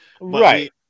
right